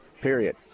period